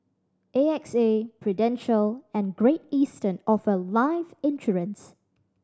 A X A Prudential and Great Eastern offer life insurance